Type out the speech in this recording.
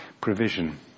provision